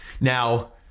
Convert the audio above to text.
Now